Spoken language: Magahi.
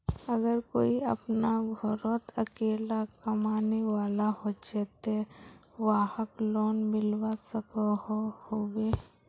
अगर कोई अपना घोरोत अकेला कमाने वाला होचे ते वाहक लोन मिलवा सकोहो होबे?